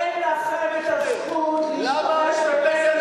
אין לכם הזכות למה את מתנגדת לחוק של חבר הכנסת,